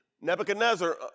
Nebuchadnezzar